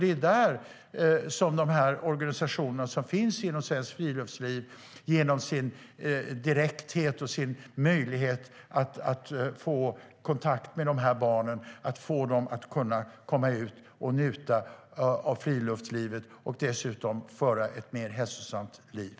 Det är där organisationerna inom Svenskt Friluftsliv genom sin direkthet och möjlighet att få kontakt med barnen kan få dem att komma ut och njuta av friluftslivet och dessutom få ett mer hälsosamt liv.